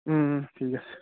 ঠিক আছে